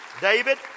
David